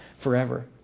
Forever